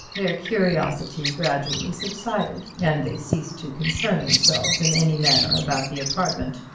their curiosity gradually subsided, and they ceased to concern themselves in any manner about the apartment,